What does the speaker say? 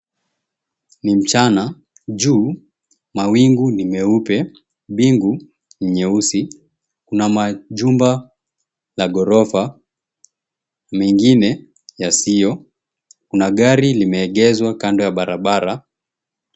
Ni mchana, juu mawingu ni meupe, mbingu ni nyeusi. Kuna majumba la gorofa, mengine yasiyo. Kuna gari limeegezwa kando ya barabara.